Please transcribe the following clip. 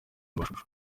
amashusho